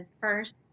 first